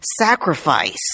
sacrifice